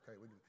Okay